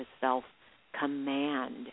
self-command